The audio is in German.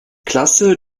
klasse